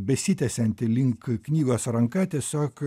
besitiesianti link knygos ranka tiesiog